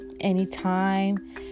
anytime